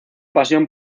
pasión